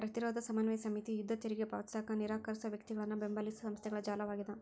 ಪ್ರತಿರೋಧ ಸಮನ್ವಯ ಸಮಿತಿ ಯುದ್ಧ ತೆರಿಗೆ ಪಾವತಿಸಕ ನಿರಾಕರ್ಸೋ ವ್ಯಕ್ತಿಗಳನ್ನ ಬೆಂಬಲಿಸೊ ಸಂಸ್ಥೆಗಳ ಜಾಲವಾಗ್ಯದ